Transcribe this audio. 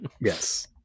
Yes